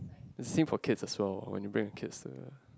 you see for kids as well when you bring your kids to the